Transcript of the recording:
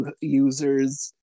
users